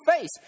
face